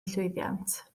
llwyddiant